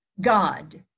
god